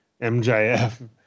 MJF